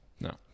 No